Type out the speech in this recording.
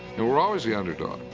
we were always the underdog.